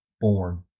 born